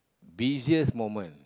busiest moment